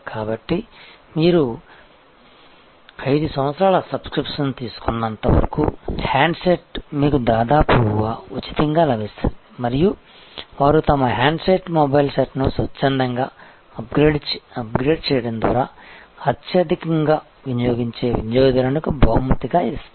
కాబట్టి మీరు 5 సంవత్సరాల సబ్స్క్రిప్షన్ తీసుకున్నంత వరకు హ్యాండ్సెట్ మీకు దాదాపు ఉచితంగా లభిస్తుంది మరియు వారు తమ హ్యాండ్సెట్ మొబైల్ సెట్ను స్వచ్ఛందంగా అప్గ్రేడ్ చేయడం ద్వారా అధికంగా వినియోగించే వినియోగదారునికు బహుమతి గా ఇస్తారు